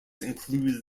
include